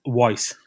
voice